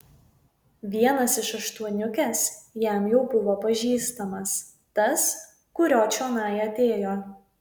vienas iš aštuoniukės jam jau buvo pažįstamas tas kurio čionai atėjo